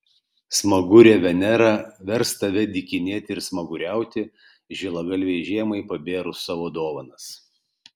smagurė venera vers tave dykinėti ir smaguriauti žilagalvei žiemai pabėrus savo dovanas